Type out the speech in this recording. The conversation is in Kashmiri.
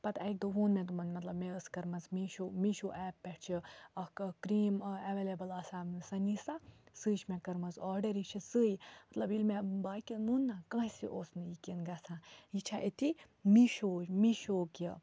پَتہٕ اَکہِ دۄہ ووٚن مےٚ تمَن مطلب مےٚ ٲس کٔرمٕژ میٖشو میٖشو ایپ پٮ۪ٹھ چھِ اَکھ کریم اویلیبٕل آسان سٔہ نیٖسا سُے چھِ مےٚ کٔرمٕژ آرڈَر یہِ چھِ سُے مطلب ییٚلہِ مےٚ باقٕیَن ووٚن نہ کٲنٛسہِ اوس نہٕ یقیٖن گژھان یہِ چھےٚ أتی میٖشوٕچ میٖشو کہِ